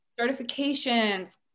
certifications